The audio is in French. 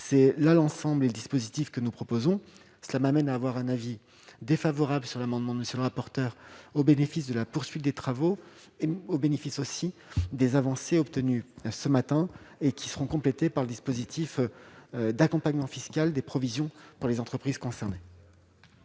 c'est là l'ensemble du dispositif que nous proposons, cela m'amène à avoir un avis défavorable sur l'amendement de monsieur le rapporteur, au bénéfice de la poursuite des travaux au bénéfice aussi des avancées obtenues ce matin et qui seront complétés par le dispositif d'accompagnement fiscal des provisions pour les entreprises concernées.